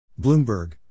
Bloomberg